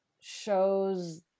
shows